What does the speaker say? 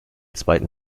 zweiten